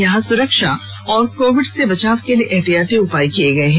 यहां सुरक्षा और कोविड से बचाव के लिए एहतियाती उपाय किये गये हैं